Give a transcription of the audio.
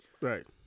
Right